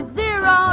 zero